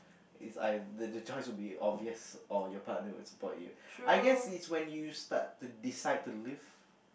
If I the the choice will be obvious or your partner will support you I guess it's when you start to decide to live